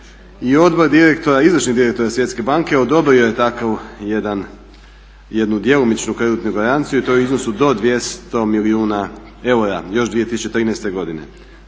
i odbor direktora izvršnih direktora Svjetske banke odobrio je takvu jednu djelomičnu kreditnu garanciju i to u iznosu do 200 milijuna eura još 2013.godine.